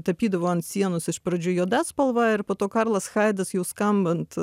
tapydavo ant sienos iš pradžių juoda spalva ir po to karlas haidas jau skambant